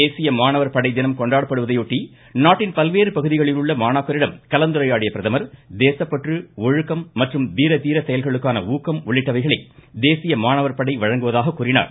தேசிய மாணவர் படைதினம் கொண்டாடப்படுவதையொட்டி நாட்டின் பல்வேறு பகுதிகளிலுள்ள மாணாக்கரிடம் கலந்துரையாடிய பிரதமர் தேசப்பற்று ஒழுக்கம் மற்றும் வீர தீர செயல்களுக்கான ஊக்கம் உள்ளிட்டவைகளை தேசிய மாணவர் படை வழங்குவதாக கூறினார்